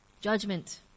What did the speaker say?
judgment